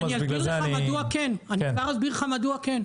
אני כבר אסביר לך מדוע כן,